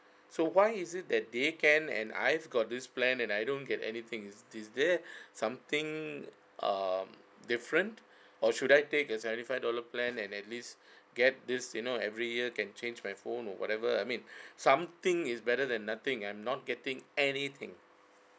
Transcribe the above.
so why is it that they can and I've got this plan and I don't get anything is is there something um different or should I take the seventy five dollar plan and at least get this you know every year can change my phone or whatever I mean something is better than nothing I'm not getting anything